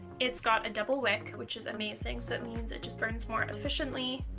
it's got a double wick which is amazing so it means it just burns more efficiently.